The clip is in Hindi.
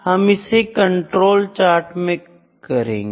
हम इसे कंट्रोल चार्ट में करेंगे